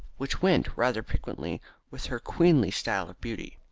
which went rather piquantly with her queenly style of beauty.